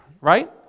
Right